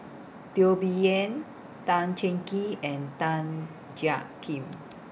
Teo Bee Yen Tan Cheng Kee and Tan Jiak Kim